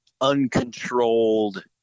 uncontrolled